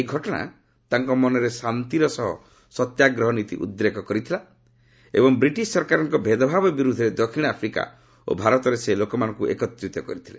ଏହି ଘଟଣା ତାଙ୍କ ମନରେ ଶାନ୍ତିର ସହ ସତ୍ୟାଗ୍ରହ ନୀତି ଉଦ୍ରେକ କରିଥିଲା ଏବଂ ବ୍ରିଟିଶ୍ ସରକାରଙ୍କ ଭେଦ ଭାବ ବିରୁଦ୍ଧରେ ଦକ୍ଷିଣ ଆଫ୍ରିକା ଓ ଭାରତରେ ସେ ଲୋକମାନଙ୍କୁ ଏକତ୍ରିତ କରିଥିଲେ